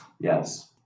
Yes